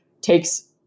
takes